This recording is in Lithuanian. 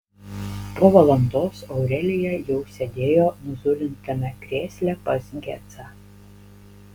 po valandos aurelija jau sėdėjo nuzulintame krėsle pas gecą